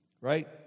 right